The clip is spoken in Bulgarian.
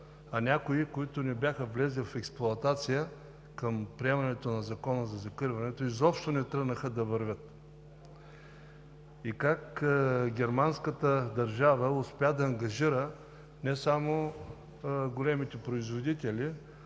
а някои, които не бяха влезли в експлоатация към приемането на Закона за закриването, изобщо не тръгнаха да вървят. И как германската държава успя да ангажира не само големите производители,